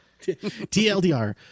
TLDR